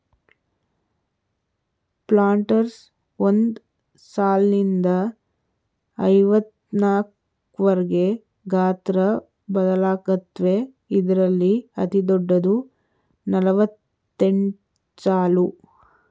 planters ಒಂದ್ ಸಾಲ್ನಿಂದ ಐವತ್ನಾಕ್ವರ್ಗೆ ಗಾತ್ರ ಬದಲಾಗತ್ವೆ ಇದ್ರಲ್ಲಿ ಅತಿದೊಡ್ಡದು ನಲವತ್ತೆಂಟ್ಸಾಲು